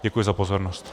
Děkuji za pozornost.